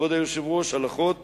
כבוד היושב-ראש, הלכות